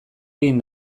egin